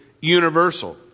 universal